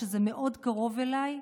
שזה מאוד קרוב אליי,